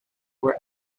were